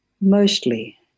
Mostly